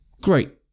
great